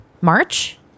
March